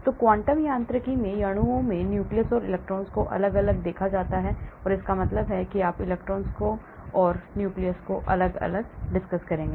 तो क्वांटम यांत्रिकी में अणुओं में nucleus and electrons को अलग अलग गठित किया जाता है इसका मतलब है कि आप electrons को अलग अलग और नाभिकों को अलग अलग देखते हैं